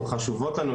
הן חשובות לנו,